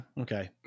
okay